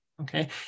Okay